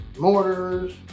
mortars